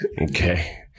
Okay